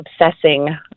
obsessing